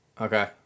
okay